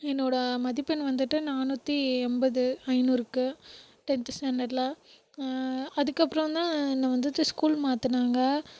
என்னோடய மதிப்பெண் வந்துட்டு நானூற்றி எண்பது ஐநூறுக்கு டென்த் ஸ்டாண்டர்டில் அதுக்கப்றோந்தான் என்னை வந்துட்டு ஸ்கூல் மாற்றுனாங்க